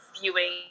viewing